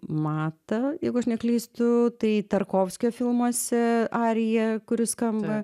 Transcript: matą jeigu aš neklystu tai tarkovskio filmuose arija kuri skamba